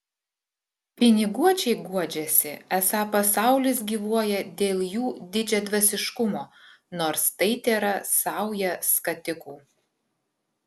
piniguočiai guodžiasi esą pasaulis gyvuoja dėl jų didžiadvasiškumo nors tai tėra sauja skatikų